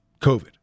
COVID